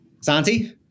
Santi